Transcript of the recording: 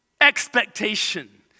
expectation